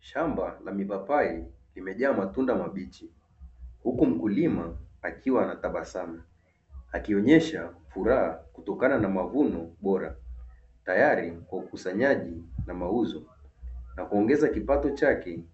Shamba la mipapai limejaa matunda mabichi, huku mkulima akiwa anatabasamu akionyesha furaha kutokana na mavuno bora, tayari kwa ukusanyaji na mauzo na kuongeza kipato chake